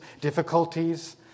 difficulties